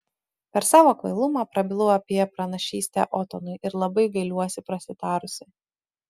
per savo kvailumą prabilau apie pranašystę otonui ir labai gailiuosi prasitarusi